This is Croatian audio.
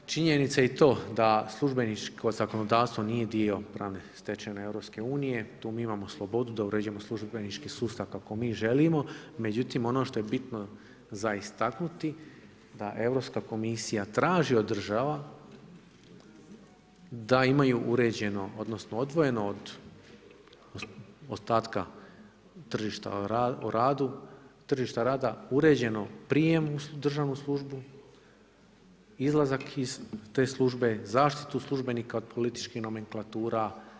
Činjenica je i to da službeničko zakonodavstvo nije dio pravne stečevine EU, tu mi imamo slobodu da uređujemo službenički sustav kako mi želimo, međutim ono što je bitno za istaknuti da Europska komisija traži od država da imaju uređeno odnosno odvojeno od ostatka tržišta rada uređeno prijem u državnu službu, izlazak iz te službe, zaštitu službenika od političkih nomenklatura.